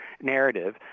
narrative